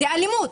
זו אלימות.